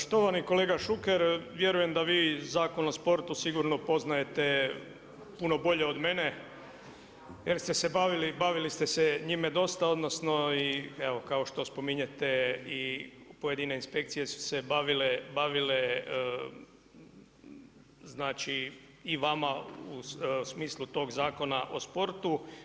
Štovani kolega Šuker, vjerujem da vi Zakon o sportu sigurno poznajete puno bolje od mene jer ste se bavili, bavili ste se njime dosta, odnosno i evo kao što spominjete i pojedine inspekcije su se bavile znači i vama u smislu tog Zakona o sportu.